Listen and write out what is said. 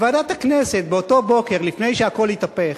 בוועדת הכנסת באותו בוקר, לפני שהכול התהפך,